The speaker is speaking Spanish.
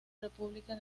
república